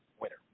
winner